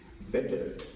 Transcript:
better